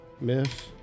miss